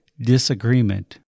disagreement